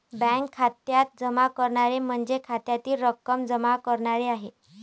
bank खात्यात जमा करणे म्हणजे खात्यातील रक्कम जमा करणे आहे